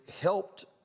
helped